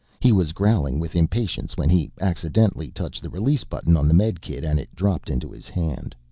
he was growling with impatience when he accidentally touched the release button on the medikit and it dropped into his hand.